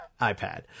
iPad